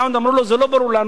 אמרו לו: זה לא ברור לנו,